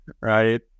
right